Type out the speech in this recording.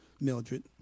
Mildred